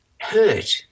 hurt